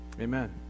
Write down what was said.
Amen